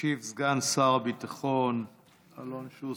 ישיב סגן שר הביטחון אלון שוסטר.